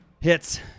Hits